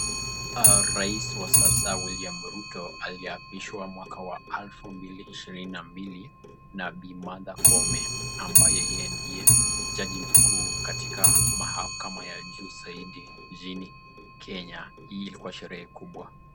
Rais wa sasa William Ruto aliapishwa mwaka wa elfu mbili ishirini na mbili na Bi Martha Koome, ambaye yeye ndiye jaji mkuu katika mahakama ya juu zaidi nchini Kenya, hii ilikuwa sherehe kubwa.